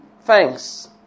thanks